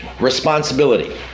responsibility